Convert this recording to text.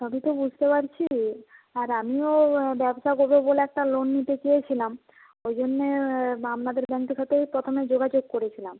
সবই তো বুঝতে পারছি আর আমিও ব্যবসা করবো বলে একটা লোন নিতে চেয়েছিলাম ওই জন্যে আপনাদের ব্যাংকের সাথেও প্রথমে যোগাযোগ করেছিলাম